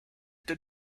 did